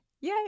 Yay